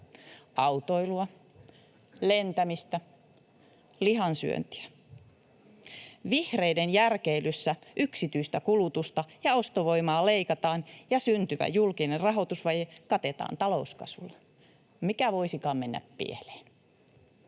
autoilua, lentämistä, lihan syöntiä. Vihreiden järkeilyssä yksityistä kulutusta ja ostovoimaa leikataan ja syntyvä julkinen rahoitusvaje katetaan talouskasvulla. Mikä voisikaan mennä pieleen?